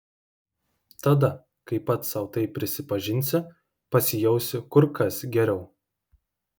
tada kai pats sau tai prisipažinsi pasijausi kur kas geriau